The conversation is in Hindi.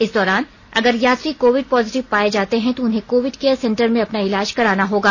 इस दौरान अगर यात्री कोविड पॉजिटिव पाए जाते हैं तो उन्हें कोविड केयर सेन्टर मे अपना इलाज कराना होगा